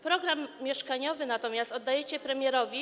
Program mieszkaniowy natomiast oddajecie premierowi.